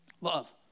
Love